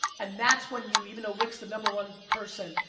and that's when you, even though rick's the number one person,